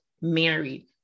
married